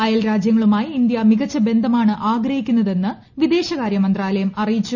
അയൽരാജ്യങ്ങളുമായി India മികച്ച ബന്ധമാണ് ആഗ്രഹിക്കുന്നതെന്ന് വിദേശകാര്യമന്ത്രാലയം അറിയിച്ചു